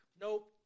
Nope